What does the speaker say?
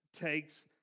takes